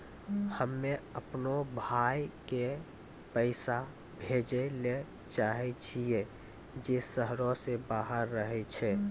हम्मे अपनो भाय के पैसा भेजै ले चाहै छियै जे शहरो से बाहर रहै छै